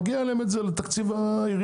מגיע להם את זה לתקציב העירייה